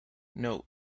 note